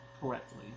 correctly